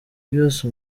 byose